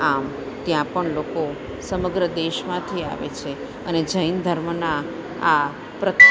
આમ ત્યાં પણ લોકો સમગ્ર દેશમાંથી આવે છે અને જૈન ધર્મના આ